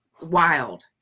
wild